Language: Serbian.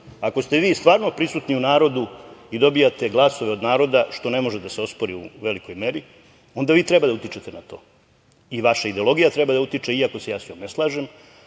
Ako ste vi stvarno prisutni u narodu i dobijate glasova od naroda, što ne može da se ospori u velikoj meri, onda vi treba da utičete na to, i vaša ideologija, iako se ja sa njom ne slažem.